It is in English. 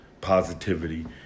positivity